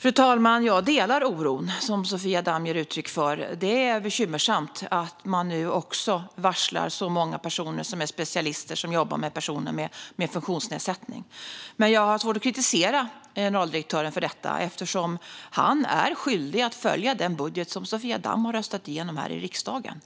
Fru talman! Jag delar oron som Sofia Damm ger uttryck för. Det är bekymmersamt att man varslar så många specialister som jobbar med personer med funktionsnedsättning. Jag har dock svårt att kritisera generaldirektören för detta eftersom han är skyldig att följa den budget som Sofia Damm har röstat igenom i riksdagen.